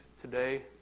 today